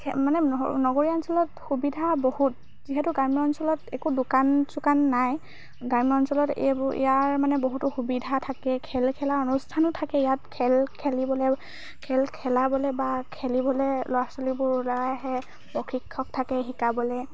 খে মানে নগৰীয়া অঞ্চলত সুবিধা বহুত যিহেতু গ্ৰাম্য অঞ্চলত একো দোকান চোকান নাই গ্ৰাম্য অঞ্চলত এইবোৰ ইয়াৰ মানে বহুতো সুবিধা থাকে খেল খেলাৰ অনুষ্ঠানো থাকে ইয়াত খেল খেলিবলৈ খেল খেলাবলৈ বা খেলিবলৈ ল'ৰা ছোৱালীবোৰ ওলাই আহে প্ৰশিক্ষক থাকে শিকাবলৈ